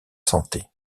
santé